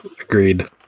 Agreed